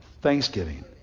thanksgiving